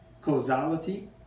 causality